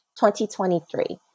2023